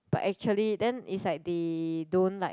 but actually then is like they don't like